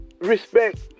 respect